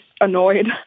annoyed